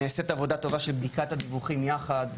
נעשית עבודה טובה של בדיקת הדיווחים יחד,